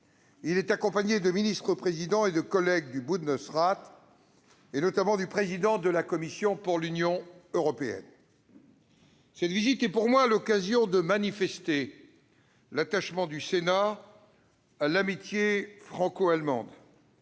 Il est accompagné de ministres-présidents et de membres du Bundesrat, notamment du président de la commission des questions de l'Union européenne. Cette visite est pour moi l'occasion de manifester l'attachement du Sénat à l'amitié franco-allemande